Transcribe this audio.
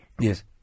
Yes